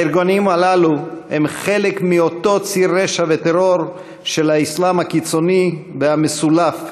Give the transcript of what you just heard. הארגונים הללו הם חלק מאותו ציר רשע וטרור של האסלאם הקיצוני והמסולף,